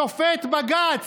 שופט בג"ץ,